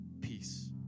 peace